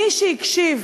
מי שהקשיב